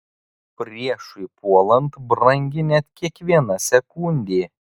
priešui puolant brangi net kiekviena sekundė